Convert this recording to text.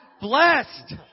blessed